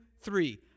three